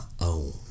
own